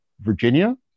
Virginia